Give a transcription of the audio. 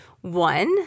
One